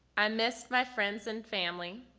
i missed my friends and family.